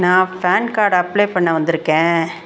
நான் PAN card apply பண்ண வந்துருக்கேன்